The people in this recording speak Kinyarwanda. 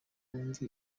wumve